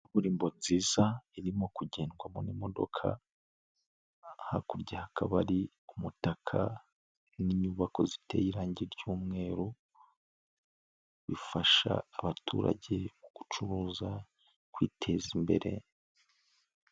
Kaburimbo nziza irimo kugendwamo n'imodoka, hakurya hakaba ari umutaka n'inyubako ziteye irangi ry'umweru, bifasha abaturage gucuruza kwiteza imbere.